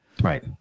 Right